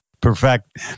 perfect